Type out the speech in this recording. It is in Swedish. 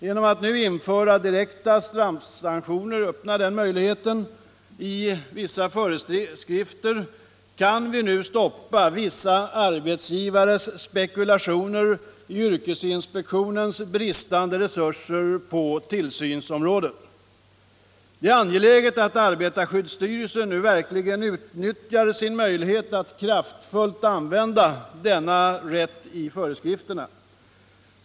Genom att nu införa direkta straffsanktioner i vissa föreskrifter kan vi stoppa arbetsgivares spekulationer i yrkesinspektionens bristande resurser på tillsynsområdet. Det är angeläget att arbetarskyddsstyrelsen nu verkligen utnyttjar sin möjlighet att kraftfullt använda denna rätt i föreskrifterna.